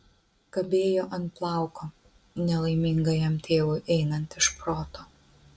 kabėjo ant plauko nelaimingajam tėvui einant iš proto